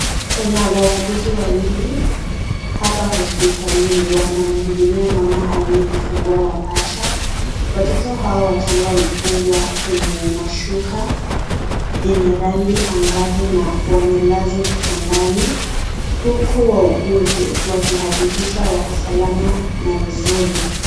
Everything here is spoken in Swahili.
Kuna wauguzi wawili hapa hospitalini wanamhudumia mama aliyejifungua mapacha. Watoto hawa wachanga wamefungwa kwenye mashuka yenye rangi angavu na wamelazwa kitandani, huku wauguzi wakihakikisha wako salama na vizuri.